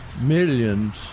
millions